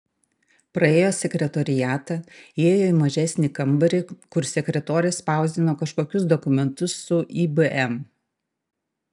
praėjo sekretoriatą įėjo į mažesnį kambarį kur sekretorė spausdino kažkokius dokumentus su ibm